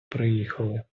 приїхали